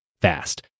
fast